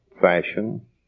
fashion